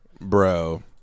Bro